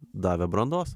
davė brandos